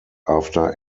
after